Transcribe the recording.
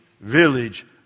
village